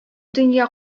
дөнья